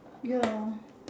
ya